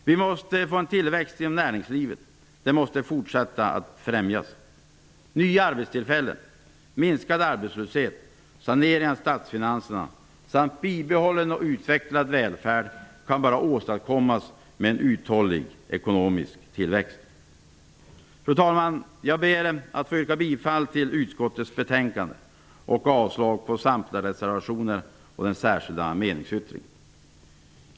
Vi måste få en tillväxt inom näringslivet. Vi måste fortsätta att främja näringslivet. Nya arbetstillfällen, minskad arbetslöshet, sanering av statsfinanserna samt bibehållen och utvecklad välfärd kan bara åstadkommas med en uthållig ekonomisk tillväxt. Fru talman! Jag ber att få yrka bifall till utskottets betänkande och avslag på samtliga reservationer och den särskilda meningsyttringen.